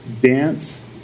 dance